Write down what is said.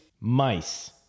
mice